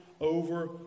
over